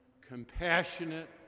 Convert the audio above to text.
compassionate